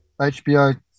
hbo